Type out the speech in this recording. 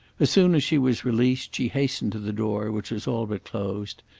as soon as she was released she hastened to the door which was all but closed,